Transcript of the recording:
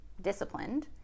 disciplined